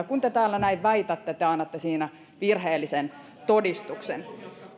kun te täällä niin väitätte te annatte siinä virheellisen todistuksen